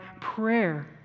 prayer